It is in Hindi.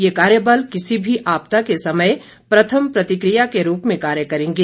ये कार्य बल किसी भी आपदा के समय प्रथम प्रतिकिया के रूप में कार्य करेंगे